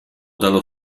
dallo